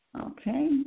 Okay